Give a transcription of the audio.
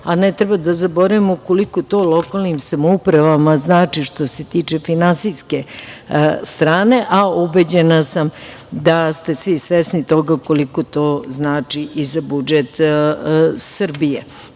a ne treba da zaboravimo koliko to lokalnim samoupravama znači što se tiče finansijske strane, a ubeđena sam da ste svi svesni toga koliko to znači i za budžet Srbije